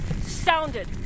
sounded